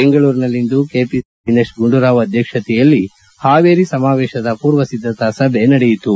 ಬೆಂಗಳೂರಿನಲ್ಲಿಂದು ಕೆಪಿಸಿಸಿ ಅಧ್ಯಕ್ಷ ದಿನೇಶ್ ಗುಂಡೂರಾವ್ ಅಧ್ಯಕ್ಷತೆಯಲ್ಲಿ ಹಾವೇರಿ ಸಮಾವೇಶದ ಪೂರ್ವಸಿದ್ಧತೆ ಸಭೆ ನಡೆಯಿತು